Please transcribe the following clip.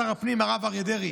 שר הפנים הרב אריה דרעי,